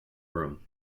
room